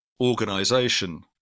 organization